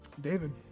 David